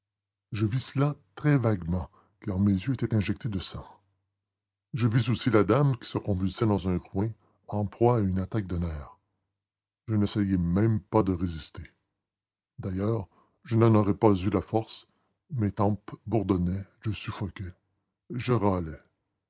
je vis cela très vaguement car mes yeux étaient injectés de sang je vis aussi la dame qui se convulsait dans un coin en proie à une attaque de nerfs je n'essayai même pas de résister d'ailleurs je n'en aurais pas eu la force mes tempes bourdonnaient je suffoquais je râlais